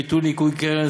ביטול ניכוי קרן,